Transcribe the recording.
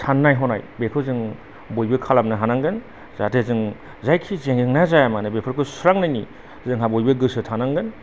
साननाय हनाय बेखौजों बयबो खालामनो हानांगोन जाहाथे जों जायखि जेंना जायामानो बेफोरखौ सुस्रानायनि जोंहा बयबो गोसो थानांगोन